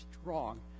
strong